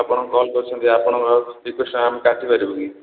ଆପଣ କଲ୍ କରିଛହନ୍ତି ଆପଣଙ୍କର ରିକୁଏଷ୍ଟ୍ ଆମେ କାଟି ପାରିବୁ କି